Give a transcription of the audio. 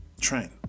train